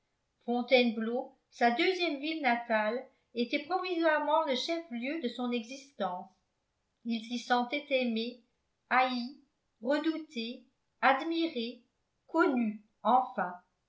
fontainebleau sa deuxième ville natale était provisoirement le chef-lieu de son existence il s'y sentait aimé haï redouté admiré connu enfin